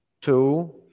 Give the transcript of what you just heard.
two